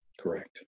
Correct